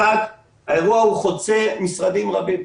אחת, האירוע הוא חוצה משרדים רבים.